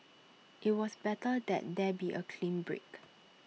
IT was better that there be A clean break